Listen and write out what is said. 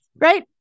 Right